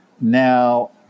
Now